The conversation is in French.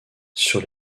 sur